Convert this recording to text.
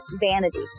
vanity